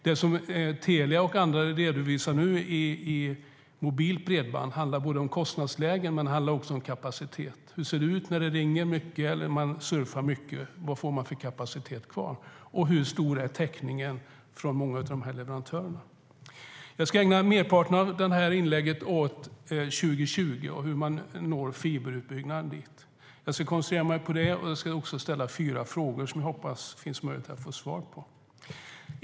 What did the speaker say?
Det som Telia och andra redovisar nu när det gäller mobilt bredband handlar både om kostnadsläge och kapacitet. Hur ser det ut när det ringer mycket eller när man surfar mycket? Vad har man för kapacitet kvar? Och hur stor är täckningen från många av leverantörerna? Jag ska ägna merparten av detta inlägg åt 2020 och hur man når fiberutbyggnad dit. Jag ska koncentrera mig på det, och jag ska även ställa fyra frågor som jag hoppas att det finns möjlighet att få svar på.